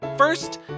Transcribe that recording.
First